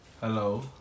hello